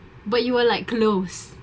but you were like closed